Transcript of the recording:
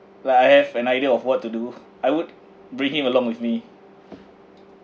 like I have an idea of what to do I would bring him along with me